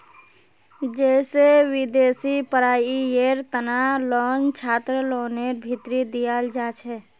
जैसे विदेशी पढ़ाईयेर तना लोन छात्रलोनर भीतरी दियाल जाछे